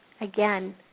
Again